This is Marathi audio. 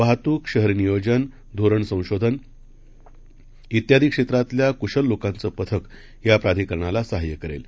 वाहतूक शहरी नियोजन धोरण संशोधक त्यादी क्षेत्रातल्या कुशल लोकांचं पथक या प्राधिकरणाला सहाय्य करेल